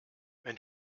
wenn